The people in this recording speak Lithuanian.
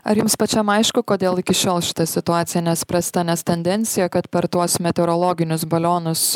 ar jums pačiam aišku kodėl iki šiol šita situacija nes prasta nes tendencija kad per tuos meteorologinius balionus